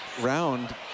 round